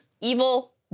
evil